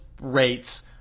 rates